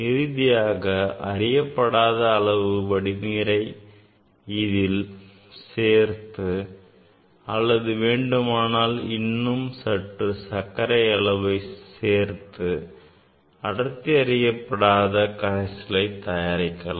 இறுதியாக அறியப்படாத அளவு வடிநீரை இதில் சேர்த்து அல்லது வேண்டுமானால் இன்னும் சற்று அளவு சர்க்கரையை சேர்த்து அடர்த்தி அறியப்படாத கரைசலை தயாரிக்கலாம்